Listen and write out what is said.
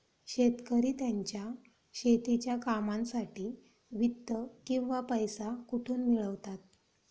शेतकरी त्यांच्या शेतीच्या कामांसाठी वित्त किंवा पैसा कुठून मिळवतात?